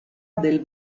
del